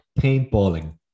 paintballing